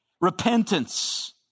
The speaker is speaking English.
repentance